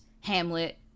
Hamlet